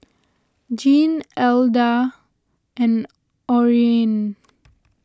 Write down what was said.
Gene Adela and Orene